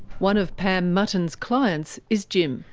one of pam mutton's clients is jim.